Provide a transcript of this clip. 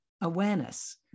awareness